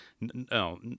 No